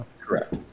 correct